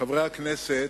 חברי הכנסת,